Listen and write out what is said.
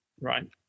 Right